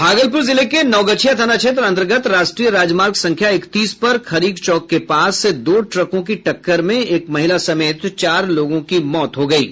भागलपूर जिले के नवगछिया थाना क्षेत्र अन्तर्गत राष्ट्रीय राजमार्ग संख्या इकतीस पर खरीक चौक के पास दो ट्रकों की टक्कर में एक महिला समेत चार लोगों की मौत हो गई है